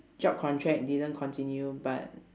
job contract didn't continue but